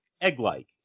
egg-like